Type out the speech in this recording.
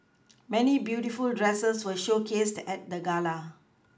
many beautiful dresses were showcased at the gala